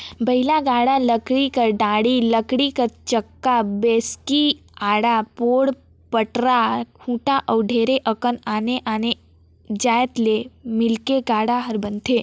बइला गाड़ा लकरी कर डाड़ी, लकरी कर चक्का, बैसकी, आड़ा, पोल, पटरा, खूटा अउ ढेरे अकन आने आने जाएत ले मिलके गाड़ा हर बनथे